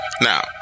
now